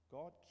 God